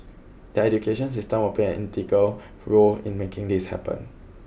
the education system will play an integral role in making this happen